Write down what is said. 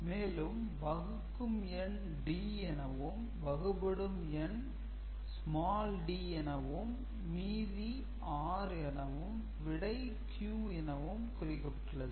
மேலும் வகுக்கும் எண் D எனவும் வகுபடும் எண் d எனவும் மீதி r எனவும் விடை q எனவும் குறிக்கப்பட்டுள்ளது